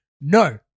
no